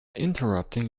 interrupting